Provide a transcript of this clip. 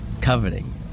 Coveting